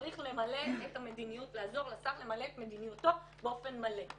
הוא צריך לעזור לשר למלא את מדיניותו באופן מלא,